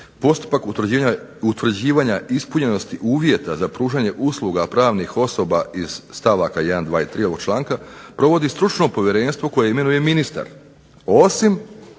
postupak utvrđivanja ispunjenosti uvjeta za pružanje usluga pravnih osoba iz stavaka 1., 2. i 3. ovog članka provodi stručno povjerenstvo koje imenuje ministar, osim